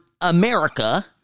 America